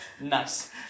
Nice